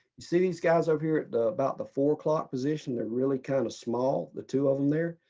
you see these guys over here, at the about the four o'clock position that really kind of small. the two of them there.